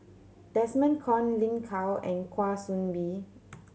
Desmond Kon Lin Gao and Kwa Soon Bee